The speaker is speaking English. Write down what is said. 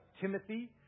Timothy